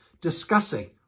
discussing